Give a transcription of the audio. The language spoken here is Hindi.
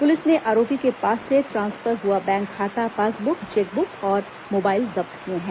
पुलिस ने आरोपी के पास से ट्रांसफर हआ बैंक खाता पासब्क चेकब्क और मोबाइल जब्त किए हैं